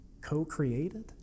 co-created